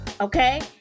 Okay